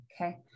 Okay